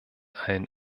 allen